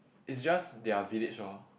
is just their village lor